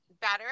better